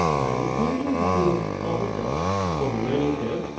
and the same thing is happening with solar cells, it's called the learning curve,